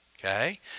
Okay